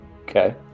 Okay